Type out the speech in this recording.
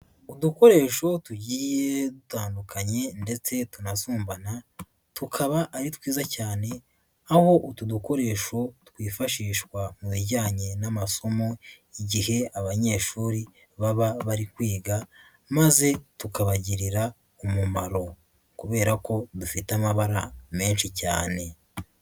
Udukoresho tugiye dutandukanye ndetse tunasumbana, tukaba ari twiza cyane. Aho utu dukoresho twifashishwa mu bijyanye n'amasomo, igihe abanyeshuri baba bari kwiga. Maze tukabagirira umumaro. Kubera ko dufite amabara menshi cyane.